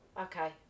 okay